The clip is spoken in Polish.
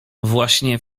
właśnie